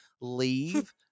leave